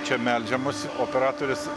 čia melžiamasi operatorius